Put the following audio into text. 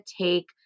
take